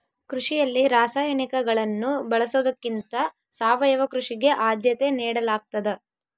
ಕೃಷಿಯಲ್ಲಿ ರಾಸಾಯನಿಕಗಳನ್ನು ಬಳಸೊದಕ್ಕಿಂತ ಸಾವಯವ ಕೃಷಿಗೆ ಆದ್ಯತೆ ನೇಡಲಾಗ್ತದ